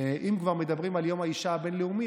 אם כבר מדברים על יום האישה הבין-לאומי,